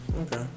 okay